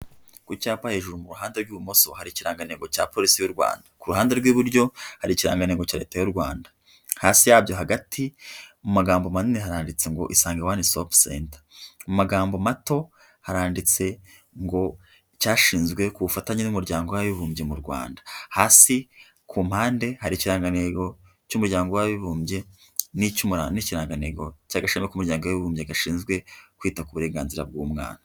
Ku cyapa hejuru mu ruhande rw'ibumoso, hari ikirangantego cya polisi y'u Rwanda. Ku ruhande rw'iburyo hari ikirangantego cya leta y'u Rwanda. Hasi yabyo hagati, mu magambo manini haranditse ngo: Isange one stop center. Mu magambo mato, haranditse ngo: cyashinzwe ku bufatanye n'Umuryango w'Abibumbye mu Rwanda. Hasi ku mpande, hari ikirangantego cy'Umuryango w'Abibumbye, n'ikirangantego cy'agashami k'Umuryango w'Abibumbye gashinzwe kwita ku burenganzira bw'umwana.